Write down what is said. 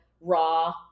raw